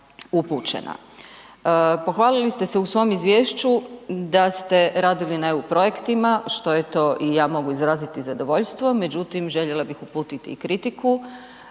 upućena. Pohvalili ste se u svom izvješću da ste radili na eu projektima, što je to i ja mogu izraziti zadovoljstvo, međutim željela bih uputiti i kritiku